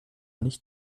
nicht